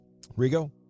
Rigo